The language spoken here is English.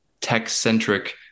tech-centric